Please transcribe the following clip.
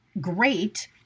great